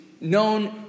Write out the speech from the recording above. known